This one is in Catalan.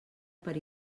per